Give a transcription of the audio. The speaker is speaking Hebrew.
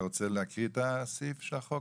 אתה רוצה להקריא את הסעיף של החוק?